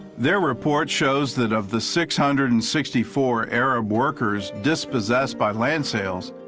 their report shows that of the six hundred and sixty four arab workers dispossessed by land sales,